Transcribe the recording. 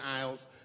aisles